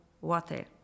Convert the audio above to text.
water